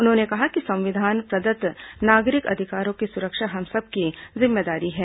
उन्होंने कहा कि संविधान प्रदत्त नागरिक अधिकारों की सुरक्षा हम सबकी जिम्मेदारी है